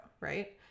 right